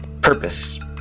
purpose